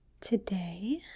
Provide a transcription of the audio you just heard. today